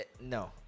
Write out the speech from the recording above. No